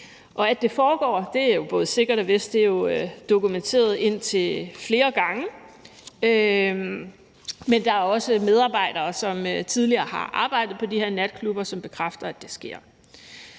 Og at det foregår, er både sikkert og vist. Det er jo dokumenteret indtil flere gange. Der er også medarbejdere, som tidligere har arbejdet på de her natklubber, som bekræfter, at det sker.